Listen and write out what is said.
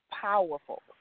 powerful